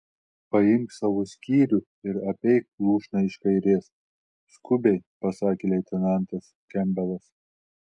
paimk savo skyrių ir apeik lūšną iš kairės skubiai pasakė leitenantas kempbelas